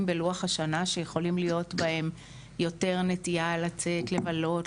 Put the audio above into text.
בלוח השנה שיכולים להיות בהם יותר נטייה לצאת לבלות,